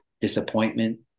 disappointment